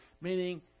meaning